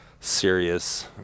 serious